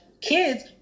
kids